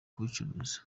kubicuruza